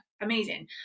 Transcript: amazing